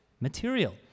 material